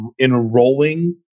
enrolling